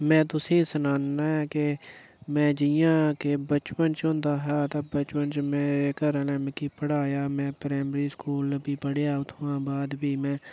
में तुसेंईं सनाना के में जियां बचपन के च होंदा हा ते बचपन च में घरैआह्लें मिगी पढ़ाया प्राईमरी स्कूल में पढ़ेआ उत्थुआं बाद प्ही